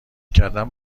کردن